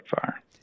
fire